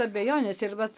abejonės ir vat